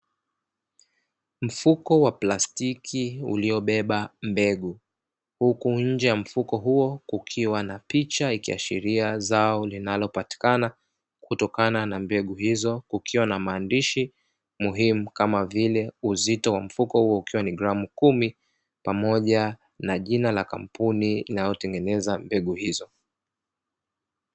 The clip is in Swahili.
Mfuko wa plastiki uliobeba mbegu huku nje ya mfuko huo kukiwa na picha ya zao linalopatikana kutokana na mbegu hizo, kukiwa na maandishi muhimu kama vile uzito wa mfuko huo ukiwa ni gramu kumi pamoja na jina la kampuni inayotengeneza mbegu hizo.